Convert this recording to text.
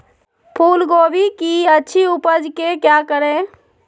फूलगोभी की अच्छी उपज के क्या करे?